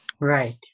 right